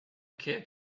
kid